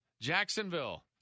Jacksonville